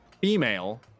female